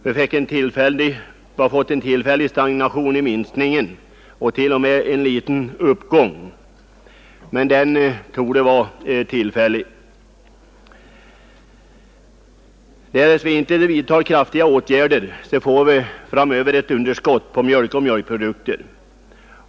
Vi har fått en tillfällig stagnation i minskningen och t.o.m. en liten uppgång av produktionen, men den torde vara tillfällig. Därest vi inte vidtar kraftåtgärder får vi framöver ett underskott på mjölk och mjölkprodukter.